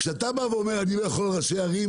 כשאתה בא ואומר 'אני לא יכול על ראשי הערים',